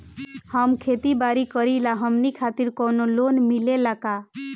हम खेती बारी करिला हमनि खातिर कउनो लोन मिले ला का?